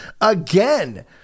again